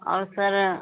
और सर